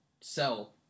sell